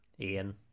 Ian